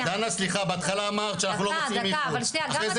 בהתחלה אמרת שאנחנו לא מוציאים,